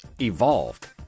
evolved